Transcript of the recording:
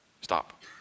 Stop